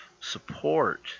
support